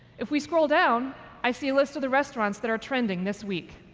if we scroll down, i see a list of the restaurants that are trending this week.